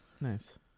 Nice